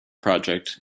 project